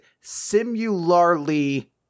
similarly